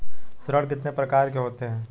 ऋण कितने प्रकार के होते हैं?